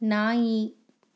ನಾಯಿ